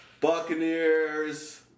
Buccaneers